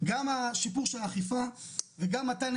על מה מדובר, האם זה חלק --- ורק